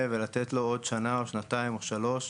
ולתת לו עוד שנה או שנתיים או שלוש,